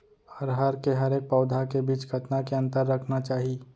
अरहर के हरेक पौधा के बीच कतना के अंतर रखना चाही?